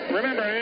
remember